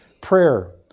prayer